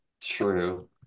True